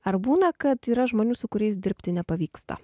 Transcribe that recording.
ar būna kad yra žmonių su kuriais dirbti nepavyksta